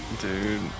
Dude